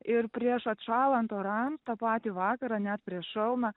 ir prieš atšąlant oram tą patį vakarą net prieš šalną